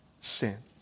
sins